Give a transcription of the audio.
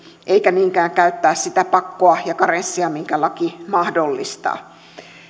eikä niinkään käytettäisi sitä pakkoa ja karenssia minkä laki mahdollistaa